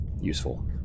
useful